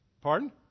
Pardon